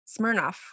Smirnoff